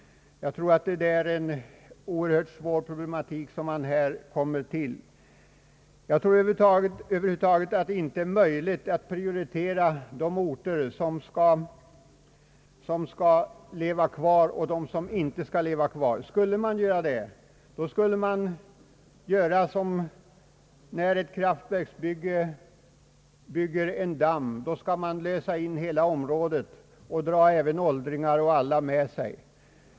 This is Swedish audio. Det är en oerhört svår problematik vi här har att ta ställning till. Jag tror över huvud taget inte att det är möjligt att avgöra vilka orter som bör leva kvar och vilka som inte bör göra det. Skall det ske en sådan avvägning, måste man göra på samma sätt som när det byggs en damm för ett kraftverk. Man får lösa in hela området och flytta människorna därifrån.